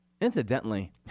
Incidentally